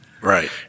Right